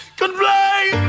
complain